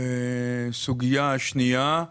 הסוגייה השנייה היא